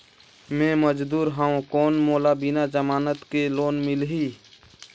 मे मजदूर हवं कौन मोला बिना जमानत के लोन मिलही?